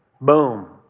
Boom